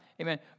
Amen